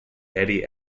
edie